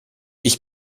ich